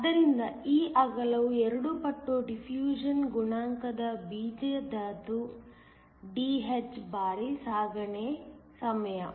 ಆದ್ದರಿಂದ ಈ ಅಗಲವು 2 ಪಟ್ಟು ಡಿಫ್ಯೂಷನ್ ಗುಣಾಂಕದ ಬೀಜಧಾತು Dh ಬಾರಿ ಸಾಗಣೆ ಸಮಯ